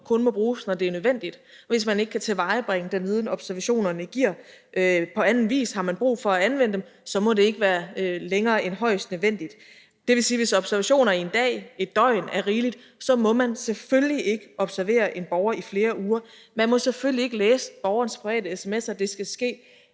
kun må bruges, når det er nødvendigt, og hvis man ikke kan tilvejebringe den viden, observationerne giver, på anden vis. Har man brug for at anvende dem, må det ikke være længere end højst nødvendigt. Det vil sige, at hvis observationer i en dag eller i et døgn er rigeligt, så må man selvfølgelig ikke observere en borger i flere uger. Man må selvfølgelig ikke læse borgerens private sms'er. Det skal ske